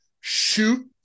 shoot